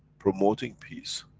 promoting peace.